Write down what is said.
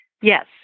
Yes